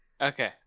Okay